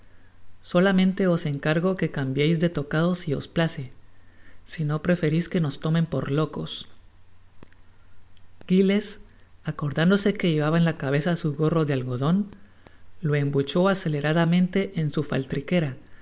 solamente os encargo que cambieis de tocado si os place sino preferis que nos tomen por locos giles acordándose que llevaba en la cabeza su gorro de algodon lo embuchó aceleradamente en su